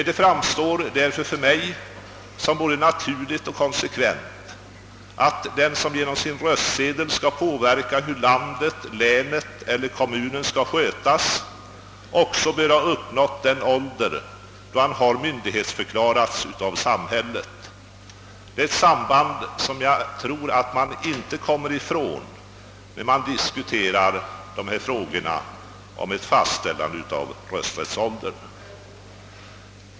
Det framstår därför för mig som både naturligt och konsekvent att den som genom sin röstsedel skall påverka landets, länets eller kommunens skötsel också bör ha uppnått den ålder då han mvyndigförklarats av samhället. Detta är ett samband som jag inte tror att man kan komma ifrån vid diskussionen om ett fastställande av rösträttsåldern.